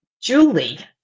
Julie